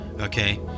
Okay